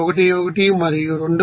11 మరియు 2